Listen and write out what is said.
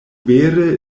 vere